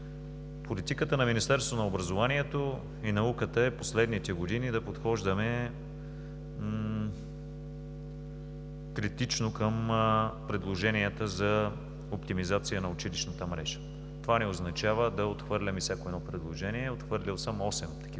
Политиката на Министерството на образованието и науката е в последните години да подхождаме критично към предложенията за оптимизация на училищната мрежа. Това не означава да отхвърляме всяко едно предложение. Отхвърлил съм осем такива